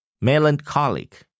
Melancholic